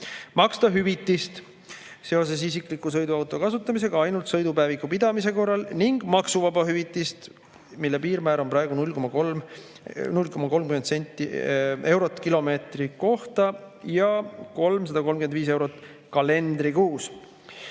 maksta hüvitist seoses isikliku sõiduauto kasutamisega ainult sõidupäeviku pidamise korral ning selle maksuvaba hüvitise piirmäär on praegu 0,30 senti eurot kilomeetri kohta ja 335 eurot kalendrikuus.